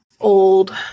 old